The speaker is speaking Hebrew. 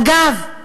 אגב,